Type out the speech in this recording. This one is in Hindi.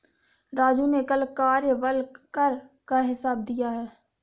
राजू ने कल कार्यबल कर का हिसाब दिया है